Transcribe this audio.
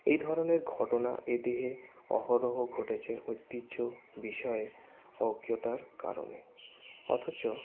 এই ধরনের ঘটনা এদিকে অহরহ ঘটেছে ঐতিহ্য বিষয় অজ্ঞতার কারণে অথচ